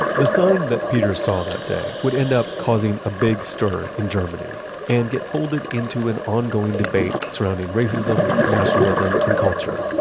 the sign that peter saw that day would end up causing a big stir in germany and get folded into an ongoing debate surrounding racism, nationalism, and culture.